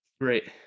great